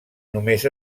només